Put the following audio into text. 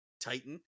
Titan